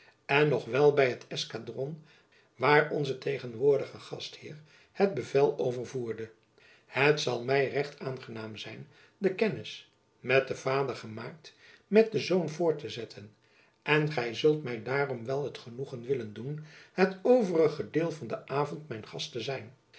en nog wel by het eskadron waar onze tegenwoordige gastheer het bevel over voerde het zal my recht aangenaam zijn de kennis met den vader gemaakt met den zoon voort te zetten en gy zult my daarom wel het genoegen willen doen het overige deel van den avond mijn gast te zijn